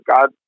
god